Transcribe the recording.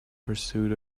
pursuit